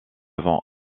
vend